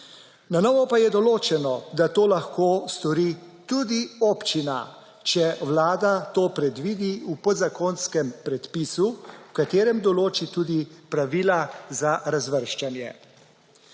Na novo je pa določeno, da to lahko stori tudi občina, če vlada to predvidi v podzakonskem predpisu, v katerem določi tudi pravila za razvrščanje.